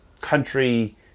country